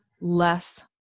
less